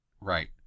right